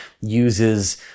uses